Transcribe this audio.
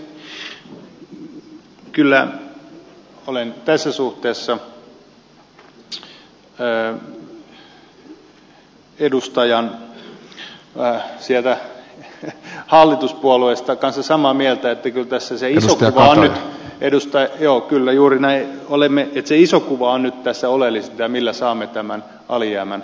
kyllä olen tässä suhteessa edustajan sieltä hallituspuolueesta kanssa samaa mieltä että kyllä tässä joo kyllä juuri näin se iso kuva on tässä oleellisinta ja se millä saamme tämän alijäämän kuitattua